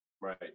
Right